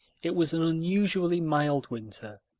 it was an unusually mild winter,